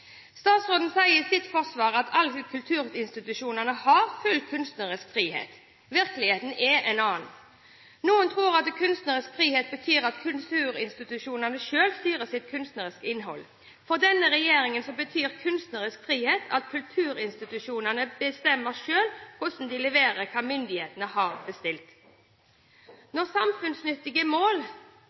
Statsråden sier i sitt forsvar at alle kulturinstitusjonene har full kunstnerisk frihet. Virkeligheten er en annen. Noen tror at kunstnerisk frihet betyr at kulturinstitusjonene selv styrer sitt kunstneriske innhold. For denne regjeringen betyr kunstnerisk frihet at kulturinstitusjonene bestemmer selv hvordan de leverer hva myndighetene har bestilt. Når samfunnsnyttige mål